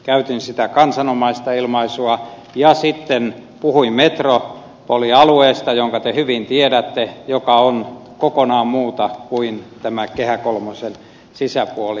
käytin sitä kansanomaista ilmaisua ja sitten puhuin metropolialueesta jonka te hyvin tiedätte ja joka on kokonaan muuta kuin tämä kehä kolmosen sisäpuoli